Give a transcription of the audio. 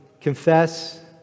confess